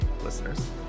listeners